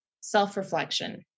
self-reflection